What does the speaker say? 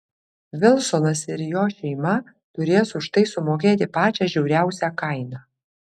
vilsonas ir jo šeima turės už tai sumokėti pačią žiauriausią kainą